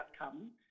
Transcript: outcome